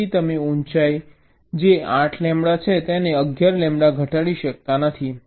તેથી તમે ઊંચાઈ જે 8 લેમ્બડા છે તેને 11 લેમ્બડા ઘટાડી શકતા નથી